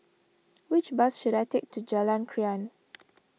which bus should I take to Jalan Krian